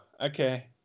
Okay